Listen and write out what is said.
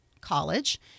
college